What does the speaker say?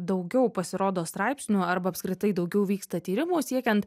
daugiau pasirodo straipsnių arba apskritai daugiau vyksta tyrimų siekiant